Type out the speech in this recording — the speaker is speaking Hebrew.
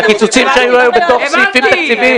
--- הקיצוצים שהיו היו בתוך סעיפים תקציביים.